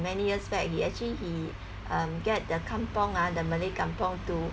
many years back he actually he um get the kampung ah the malay kampung to